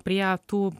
prie tų